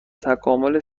تکامل